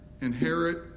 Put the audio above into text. inherit